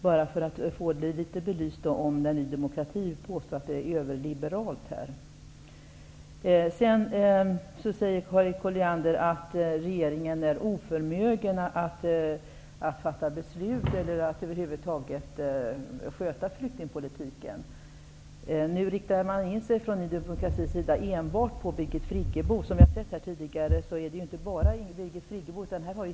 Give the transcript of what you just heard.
Jag vill bara belysa detta litet, eftersom Ny demokrati påstår att flyktingpolitiken är överliberal. Harriet Colliander säger sedan att regeringen är oförmögen att fatta beslut eller att över huvud taget sköta flyktingpolitiken. Nu riktar man från Ny demokratis sida in sig enbart på Birgit Friggebo. Som tidigare har framkommit handlar det inte bara om Birgit Friggebo.